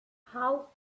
how